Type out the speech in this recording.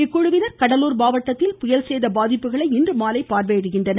இக்குழுவினர் கடலூர் மாவட்டத்தில் புயல் சேத பாதிப்புகளை இன்று மாலை பார்வையிடுகின்றனர்